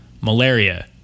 malaria